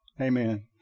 Amen